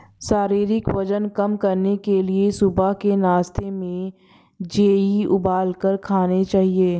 शारीरिक वजन कम करने के लिए सुबह के नाश्ते में जेई उबालकर खाने चाहिए